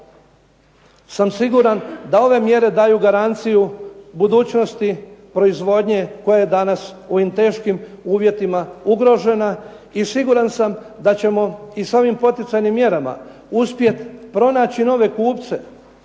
sam siguran da ove mjere daju garanciju budućnosti proizvodnje koja je danas u ovim teškim uvjetima ugrožena i siguran sam da ćemo i sa ovim poticajnim mjerama uspjeti pronaći nove kupce,